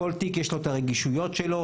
כל תיק יש לו את הרגישויות שלו.